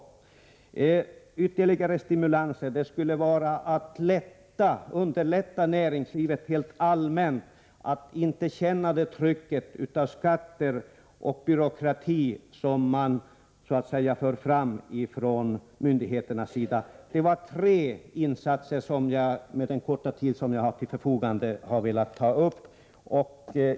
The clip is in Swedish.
En ytterligare stimulans skulle vara att göra det lättare för näringslivet helt allmänt, så att det inte skulle behöva känna det tryck som så att säga förs fram från myndigheternas sida när det gäller skatter och byråkrati. Det var de tre insatser som jag under den korta tid som jag har till förfogande har velat nämna.